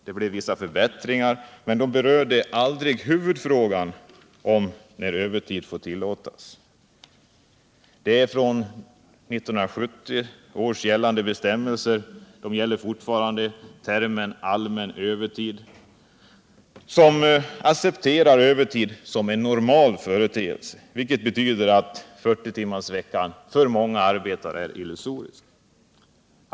Det blev vissa förbättringar, men huvudfrågan om när övertid får tillåtas berördes aldrig. Termen ”allmän övertid” som infördes 1970 innebär att övertid skall accepteras som en normal företeelse, dvs. att 40-timmarsveckan för många arbetare är illusorisk.